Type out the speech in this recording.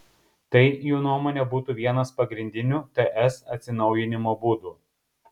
tai jų nuomone būtų vienas pagrindinių ts atsinaujinimo būdų